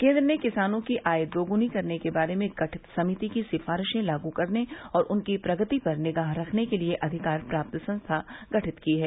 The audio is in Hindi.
केन्द्र ने किसानों की आय दग्नी करने के बारे में गठित समिति की सिफारिशें लागू करने और उनकी प्रगति पर निगाह रखने के लिए अधिकार प्राप्त संस्था गठित की है